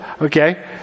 Okay